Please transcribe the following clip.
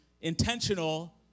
intentional